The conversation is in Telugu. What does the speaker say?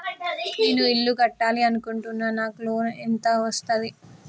నేను ఇల్లు కట్టాలి అనుకుంటున్నా? నాకు లోన్ ఎంత వస్తది?